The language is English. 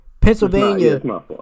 Pennsylvania